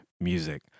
music